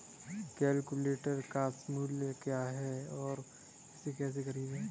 Cultivator का मूल्य क्या है और इसे कैसे खरीदें?